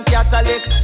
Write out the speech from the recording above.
Catholic